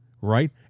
right